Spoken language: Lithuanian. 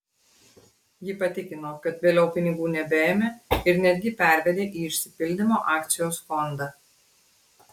ji patikino kad vėliau pinigų nebeėmė ir netgi pervedė į išsipildymo akcijos fondą